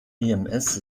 ems